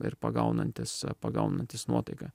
ir pagaunantis pagaunantis nuotaiką